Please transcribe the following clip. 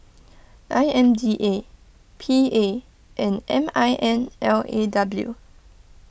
I M D A P A and M I N L A W